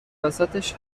وسطش